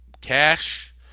Cash